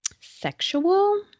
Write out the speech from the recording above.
sexual